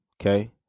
Okay